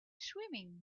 swimming